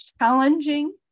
challenging